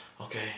okay